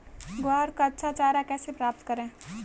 ग्वार का अच्छा चारा कैसे प्राप्त करें?